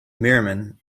merriman